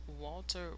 Walter